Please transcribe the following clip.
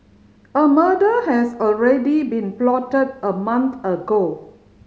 a murder has already been plotted a month ago